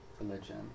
religion